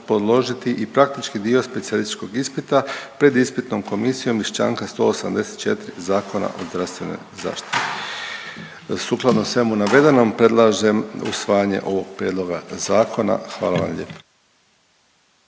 položiti i praktični dio specijalističkog ispita pred ispitnom komisijom iz čl. 184. Zakona o zdravstvenoj zaštiti. Sukladno svemu navedenom predlažem usvajanje ovog prijedloga zakona. Hvala vam lijepo.